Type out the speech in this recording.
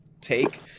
take